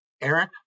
Eric